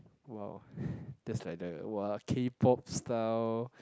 !wow! that's like the !wah! K-pop style